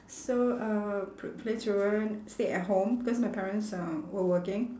so uh pl~ play truant stay at home cause my parents uh were working